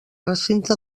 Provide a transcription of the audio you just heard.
recinte